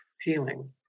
healing